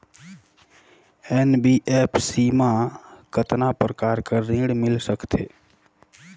NBFC मा कतना प्रकार कर ऋण मिल सकथे?